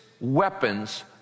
weapons